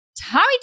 Tommy